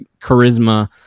charisma